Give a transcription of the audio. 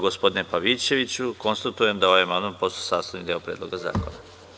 Gospodine Pavićeviću, konstatujem da je ovaj amandman postao sastavni deo Predloga zakona.